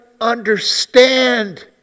understand